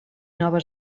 nova